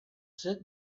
sit